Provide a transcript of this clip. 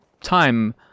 time